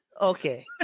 okay